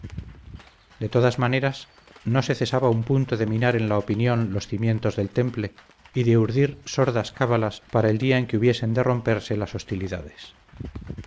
de todas maneras no se cesaba un punto de minar en la opinión los cimientos del temple y de urdir sordas cábalas para el día en que hubiesen de romperse las hostilidades